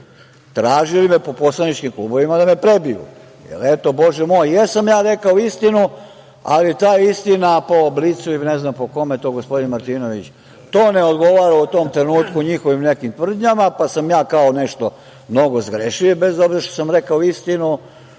tražili me po poslaničkim klubovima da me prebiju, jer, eto, bože moj jesam ja rekao istinu, ali ta istina po „Blicu“ ili ne znam po kome, to gospodin Martinović, to ne odgovara u tom trenutku njihovim nekim tvrdnjama, pa sam ja kao nešto mnogo zgrešio, bez obzira što sam rekao istinu,